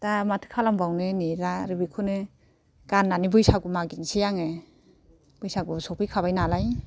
दा माथो खालामबावनो नेला आरो बेखौनो गाननानै बैसागु मागिनोसै आङो बैसागु सफैखाबाय नालाय